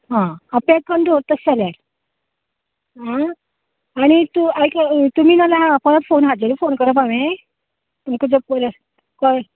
हां हांव पेक करून दवरतां तशें जाल्यार आं आनीक तूं आयकय तुमी नाल्यार हांव परत फोन हाजेरूच फोन करप हांवे तुमका जर पयलीं काॅल